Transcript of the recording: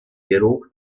geruch